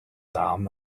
darm